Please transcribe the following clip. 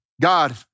God